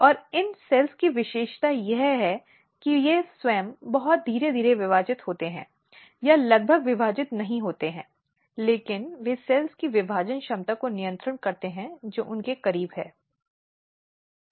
और इन सेल्स की विशेषता यह है कि वे स्वयं बहुत धीरे धीरे विभाजित होते हैं या लगभग विभाजित नहीं होते हैं लेकिन वे सेल्स की विभाजन क्षमता को नियंत्रित करते हैं जो उनके करीब हैं